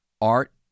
Art